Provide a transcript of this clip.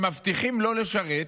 שמבטיחים לא לשרת,